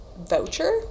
voucher